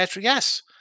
Yes